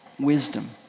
wisdom